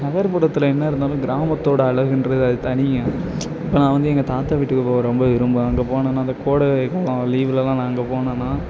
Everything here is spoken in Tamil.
நகர்புறத்தில் என்ன இருந்தாலும் கிராமத்தோடய அழகுன்றது அது தனிங்க இப்போ நான் வந்து எங்கள் தாத்தா வீட்டுக்கு போக ரொம்ப விரும்புவேன் அங்கே போனேன்னால் இந்த கோடைக்காலம் லீவுலலாம் நான் அங்கே போனேன்னால்